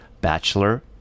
Bachelor